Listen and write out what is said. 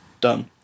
done